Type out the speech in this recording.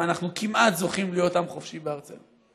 ואנחנו כמעט זוכים להית עם חופשי בארצנו?